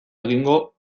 egingo